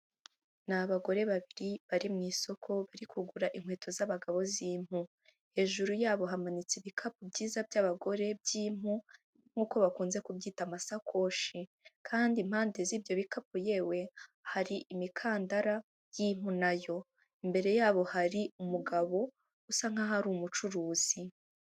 Ni abagore babiri, bari mu isoko, bari kugura inkweto z'abagabo z'impu, hejuru yabo hamanitse ibikapu byiza by'abagore by'impu, nk'uko bakunze kubyita amasakoshi, kandi impande z'ibyo bikapu yewe hari imikandara y'impu nayo, imbere yabo hari umugabo usa nk'aho ari umucuruzi.